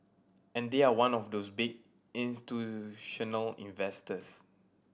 and they are one of those big institutional investors